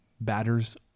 batters